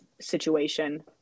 situation